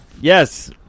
Yes